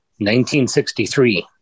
1963